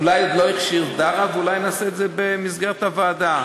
אולי עוד לא, ואולי נעשה את זה במסגרת הוועדה.